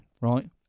right